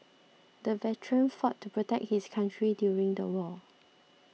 the veteran fought to protect his country during the war